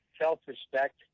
self-respect